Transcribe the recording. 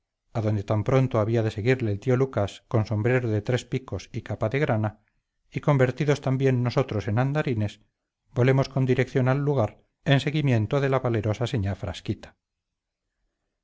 adonde tan pronto había de seguirlo el tío lucas con sombrero de tres picos y capa de grana y convertidos también nosotros en andarines volemos con dirección al lugar en seguimiento de la valerosa señá frasquita